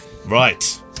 Right